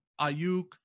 Ayuk